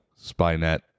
Spynet